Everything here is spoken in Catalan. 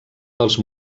dels